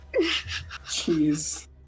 Jeez